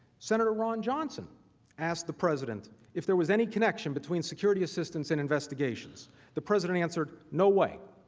senator ron johnson asked the president if there was any connection between security insistence and investigation the president answered no way,